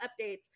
updates